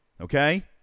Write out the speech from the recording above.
okay